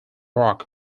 rock